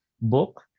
book